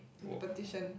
the petition